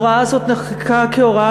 (הוראת